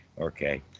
Okay